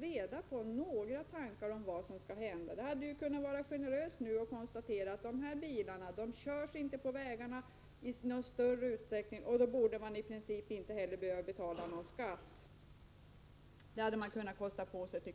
reda på några tankar alls om vad som skall hända. Man hade kunnat vara generös nu och konstatera att dessa bilar inte körs på vägarna i någon större utsträckning, varför ägarna i princip inte heller borde behöva betala skatt. Det tycker jag att man hade kunnat kosta på sig.